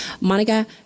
monica